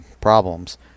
problems